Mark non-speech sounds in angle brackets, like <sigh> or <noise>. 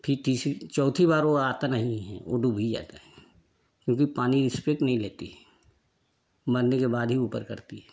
फिर तीसी चौथी बार वो आता नहीं है वो डूब ही जाता है क्योंकि पानी <unintelligible> नहीं लेती मरने के बाद ही ऊपर करती है